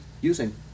using